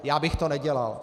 Já bych to nedělal.